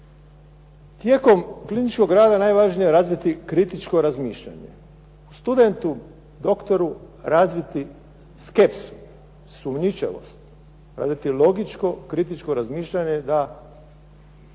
Tijekom kliničkog rada najvažnije je razviti kritičko razmišljanje, studentu doktoru razviti skepsu, sumnjičavost, razviti logičko kritičko razmišljanje i to je